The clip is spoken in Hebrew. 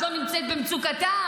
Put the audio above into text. את לא נמצאת במצוקתם.